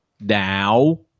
Now